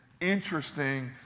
interesting